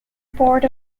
board